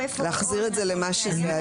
להחזיר את זה למה שהיה.